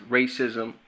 racism